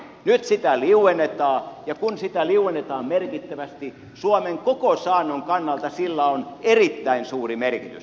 nyt sitä liuennetaan ja kun sitä liuennetaan merkittävästi sillä on erittäin suuri merkitys suomen koko saannon kannalta